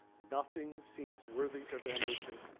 nothing seems worthy of ambition.